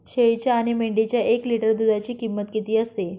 शेळीच्या आणि मेंढीच्या एक लिटर दूधाची किंमत किती असते?